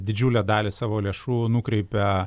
didžiulę dalį savo lėšų nukreipia